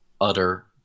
utter